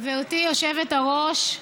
גברתי היושבת-ראש,